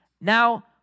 Now